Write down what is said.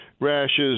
rashes